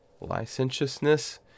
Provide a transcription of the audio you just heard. licentiousness